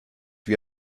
wie